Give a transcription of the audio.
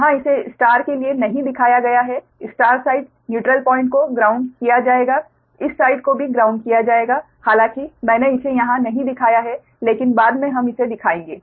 यहां इसे स्टार के लिए नहीं दिखाया गया है स्टार साइड न्यूट्रल पॉइंट को ग्राउंड किया जाएगा इस साइड को भी ग्राउंड किया जाएगा हालांकि मैंने इसे यहां नहीं दिखाया है लेकिन बाद में हम इसे दिखाएंगे